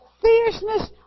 fierceness